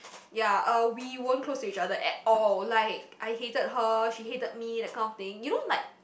ya uh we weren't close to each other at all like I hated her she hated me that kind of thing you know like